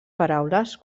paraules